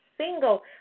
single